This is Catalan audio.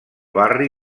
barri